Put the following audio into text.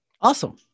Awesome